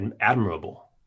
admirable